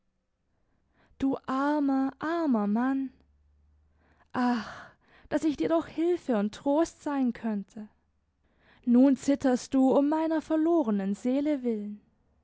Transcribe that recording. du armer armer mann ach daß ich dir doch hilfe und trost sein könnte nun zitterst du um meiner verlorenen seele willen